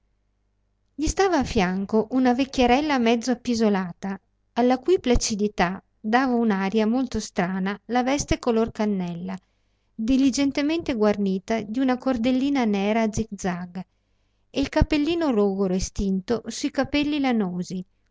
gli stava a fianco una vecchierella mezzo appisolata alla cui placidità dava un'aria molto strana la veste color cannella diligentemente guarnita di cordellina nera a zig-zag e il cappellino logoro e stinto su i capelli lanosi i